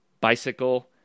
bicycle